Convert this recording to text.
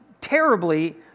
terribly